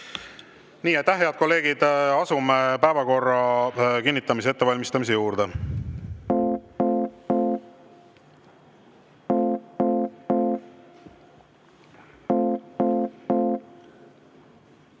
Head kolleegid, asume päevakorra kinnitamise ettevalmistamise juurde.